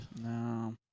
No